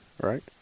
Right